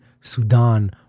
Sudan